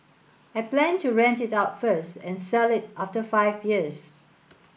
I plan to rent it out first and sell it after five years